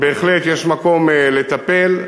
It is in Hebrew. בהחלט יש מקום לטפל,